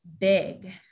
big